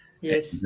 Yes